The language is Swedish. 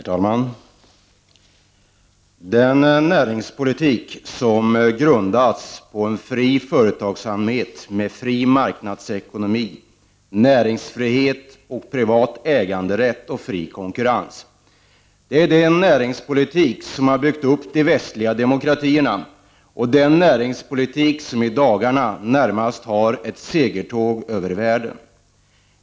Herr talman! Den näringspolitik som grundats på en fri företagsamhet, med fri marknadsekonomi, näringsfrihet, privat äganderätt och fri konkurrens är den näringspolitik som har byggt upp de västliga demokratierna och som i dagarna närmast gör ett segertåg över världen.